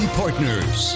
partners